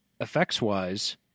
effects-wise